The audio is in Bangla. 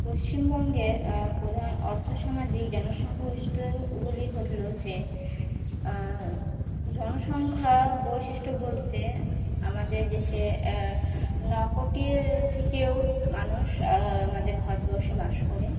পশ্চিমবঙ্গে প্রধান অর্থ সামাজিক জনসংখ্যা বৈশিষ্ট্যগুলি হলো যে জনসংখ্যা বৈশিষ্ট্য বলতে আমাদের দেশে ন কোটি থেকেও মানুষ আমাদের ভারতবর্ষে বাস করে